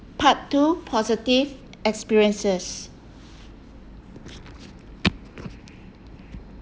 part two positive experiences